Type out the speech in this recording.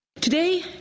Today